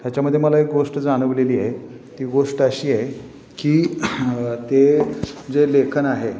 ह्याच्यामध्ये मला एक गोष्ट जाणवलेली आहे ती गोष्ट अशी आहे की ते जे लेखन आहे